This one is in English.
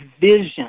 vision